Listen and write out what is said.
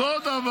אתה שומע